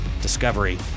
discovery